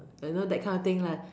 like you know that kind of thing lah